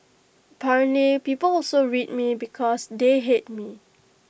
apparently people also read me because they hate me